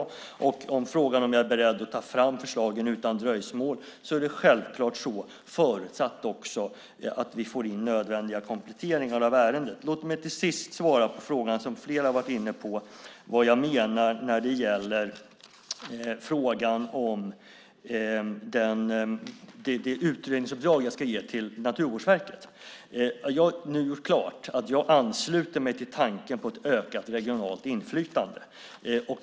När det gäller frågan om jag är beredd att ta fram förslagen utan dröjsmål är svaret att det självklart är så, förutsatt att vi får in nödvändiga kompletteringar i ärendet. Låt mig till sist svara på den fråga som flera har varit inne på, vad jag menar när det gäller det utredningsuppdrag som jag ska ge till Naturvårdsverket. Jag har nu gjort klart att jag ansluter mig till tanken på ett ökat regionalt inflytande.